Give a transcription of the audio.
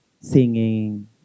singing